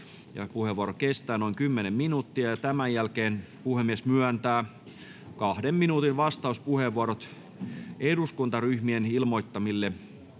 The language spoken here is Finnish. puheenvuoro kestää noin kymmenen minuuttia. Tämän jälkeen puhemies myöntää kahden minuutin vastauspuheenvuorot eduskuntaryhmien ilmoittamille